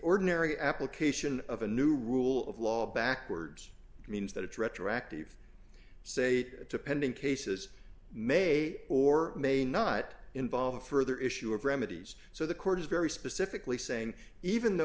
ordinary application of a new rule of law backwards means that it's retroactive sait to pending cases may or may not involve a further issue of remedies so the court is very specifically saying even though